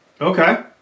okay